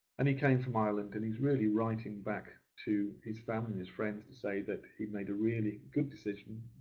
and he came from ireland and he's really writing back to his family, his friends, to say that he made a really good decision,